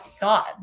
god